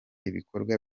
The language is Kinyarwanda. ibikorwa